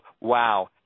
wow